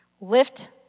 Lift